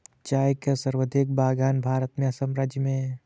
चाय के सर्वाधिक बगान भारत में असम राज्य में है